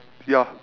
ya